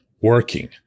working